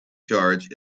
charge